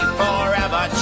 forever